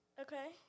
Okay